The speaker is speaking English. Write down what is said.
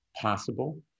possible